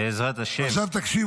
בעזרת השם.